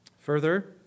Further